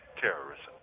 terrorism